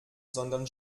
sondern